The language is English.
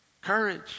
courage